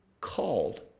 called